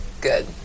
good